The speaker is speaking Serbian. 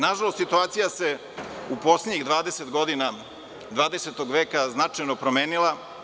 Nažalost, situacija se u poslednjih 20 godina 20. veka značajno promenila.